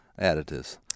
additives